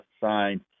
signed